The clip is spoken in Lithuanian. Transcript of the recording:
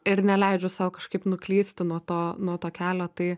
ir neleidžiu sau kažkaip nuklysti nuo to nuo to kelio tai